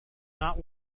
not